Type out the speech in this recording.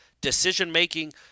decision-making